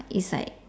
is like